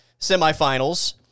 semifinals